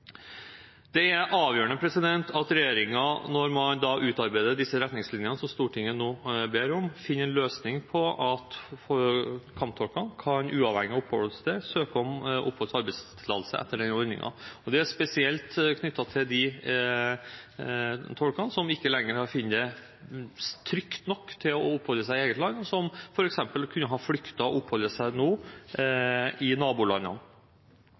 Det er avgjørende at regjeringen når man utarbeider de retningslinjene som Stortinget nå ber om, finner en løsning slik at kamptolker uavhengig av oppholdssted kan søke om oppholds- og arbeidstillatelse etter denne ordningen. Det er spesielt knyttet til de tolkene som ikke lenger finner det trygt nok å oppholde seg i eget land, og som f.eks. kan ha flyktet og nå oppholder seg i nabolandene.